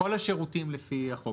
כל השירותים לפי החוק.